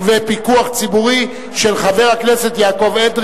הרווחה והבריאות נתקבלה.